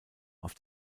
auf